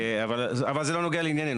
אבל זה לא נוגע לענייננו.